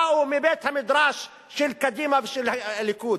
באו מבית-המדרש של קדימה ושל הליכוד.